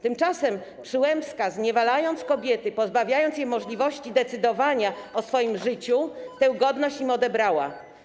Tymczasem Przyłębska, zniewalając kobiety, pozbawiając je możliwości decydowania o swoim życiu, tę godność im odebrała.